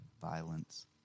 Violence